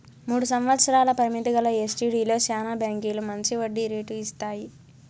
మూడు సంవత్సరాల పరిమితి గల ఎస్టీడీలో శానా బాంకీలు మంచి వడ్డీ రేటు ఇస్తాయి